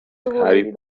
harry